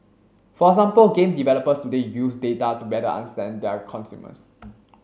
for example game developers today use data to better understand their consumers